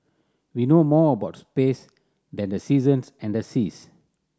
we know more about space than the seasons and the seas